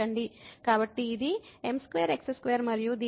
కాబట్టి ఇది m2x2 మరియు దీనికి పవర్ 3